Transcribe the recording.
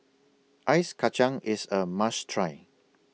Ice Kachang IS A must Try